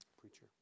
Preacher